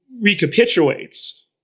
recapitulates